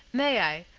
may i,